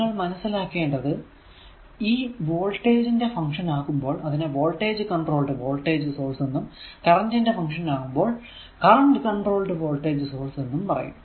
നിങ്ങൾ മനസ്സിലാക്കേണ്ടത് ഇത് വോൾടേജ് ന്റെ ഫങ്ക്ഷൻ ആകുമ്പോൾ അതിനെ വോൾടേജ് കോൺട്രോൾഡ് വോൾടേജ് സോഴ്സ് എന്നും കറന്റ് ന്റെ ഫങ്ക്ഷൻ ആകുമ്പോൾ കറന്റ് കോൺട്രോൾഡ് വോൾടേജ് സോഴ്സ് എന്നും പറയും